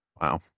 Wow